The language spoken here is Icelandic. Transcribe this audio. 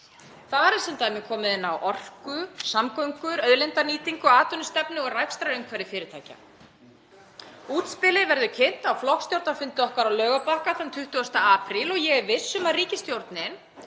Þar er sem dæmi komið inn á orku, samgöngur, auðlindanýtingu, atvinnustefnu og rekstrarumhverfi fyrirtækja. Útspilið verður kynnt á flokksstjórnarfundi okkar á Laugarbakka þann 20. apríl og ég er viss um að ríkisstjórnin